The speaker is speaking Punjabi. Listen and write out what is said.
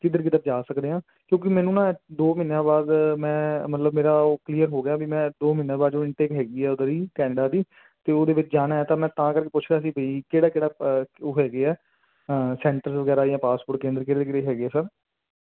ਕਿਧਰ ਕਿਧਰ ਜਾ ਸਕਦੇ ਆਂ ਕਿਉਂਕਿ ਮੈਨੂੰ ਨਾ ਦੋ ਮਹੀਨਿਆਂ ਬਾਅਦ ਮੈਂ ਮਤਲਬ ਮੇਰਾ ਉਹ ਕਲੀਅਰ ਹੋ ਗਿਆ ਵੀ ਮੈਂ ਦੋ ਮਹੀਨਿਆਂ ਬਾਅਦ ਜੋ ਇਨਟੇਕ ਹੈਗੀ ਆ ਉਹਦੀ ਕੈਨੇਡਾ ਦੀ ਤੇ ਉਹਦੇ ਵਿੱਚ ਜਾਣਾ ਤਾਂ ਮੈਂ ਤਾਂ ਕਰਕੇ ਪੁੱਛ ਰਿਹਾ ਸੀ ਵੀ ਕਿਹੜਾ ਕਿਹੜਾ ਉਹ ਹੈਗੇ ਆ ਸੈਂਟਰ ਵਗੈਰਾ ਜਾਂ ਪਾਸਪੋਰਟ ਕੇਂਦਰ ਕਿਹੜੇ ਕਿਹੜੇ ਹੈਗੇ ਸਰ